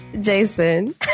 Jason